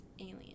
alien